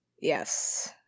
Yes